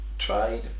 tried